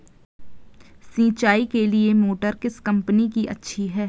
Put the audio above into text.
सिंचाई के लिए मोटर किस कंपनी की अच्छी है?